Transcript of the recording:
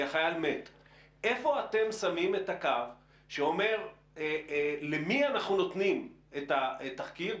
היכן אתם שמים את הקו שאומר למי אנחנו נותנים את התחקיר,